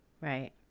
right